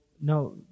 no